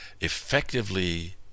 effectively